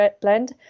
blend